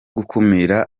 gukumira